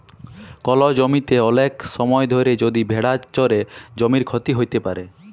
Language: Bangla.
কল জমিতে ওলেক সময় ধরে যদি ভেড়া চরে জমির ক্ষতি হ্যত প্যারে